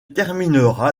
terminera